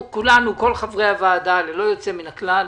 כל חברי הוועדה, ללא יוצא מן הכלל,